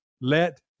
let